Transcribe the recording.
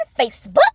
Facebook